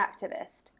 activist